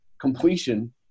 completion